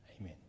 Amen